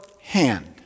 hand